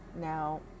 Now